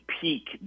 peak